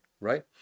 right